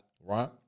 right